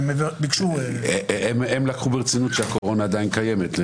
הם לקחו ברצינות שהקורונה עדיין קיימת,